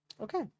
okay